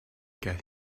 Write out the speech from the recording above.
get